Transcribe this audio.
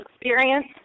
experience